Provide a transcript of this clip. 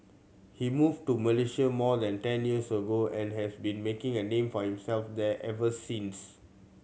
he moved to Malaysia more than ten years ago and has been making a name for himself there ever since